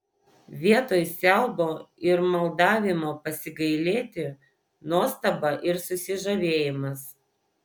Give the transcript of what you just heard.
vietoj siaubo ir maldavimo pasigailėti nuostaba ir susižavėjimas